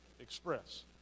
express